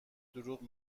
دروغ